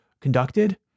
conducted